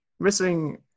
Missing